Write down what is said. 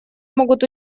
могут